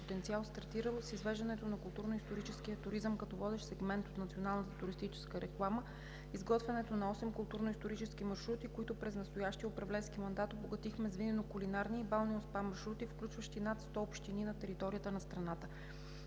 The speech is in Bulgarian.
стартирал с извеждането на културно-историческия туризъм като водещ сегмент от националната туристическа реклама, изготвянето на осем културно-исторически маршрута, които през настоящия управленски мандат обогатихме с винено-кулинарни и балнео- и спа маршрути, включващи над сто общини на територията на страната.